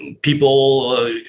people